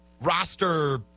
roster